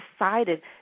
decided